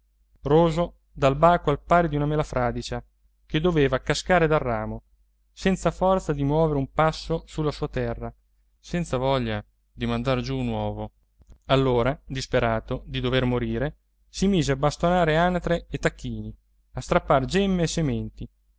roso dal baco al pari di una mela fradicia che deve cascare dal ramo senza forza di muovere un passo sulla sua terra senza voglia di mandar giù un uovo allora disperato di dover morire si mise a bastonare anatre e tacchini a strappar gemme e sementi